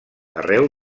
arreu